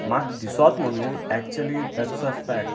म्हाका दिसोत म्हणू न्हू एक्चुली दॅट्स अ फॅक्ट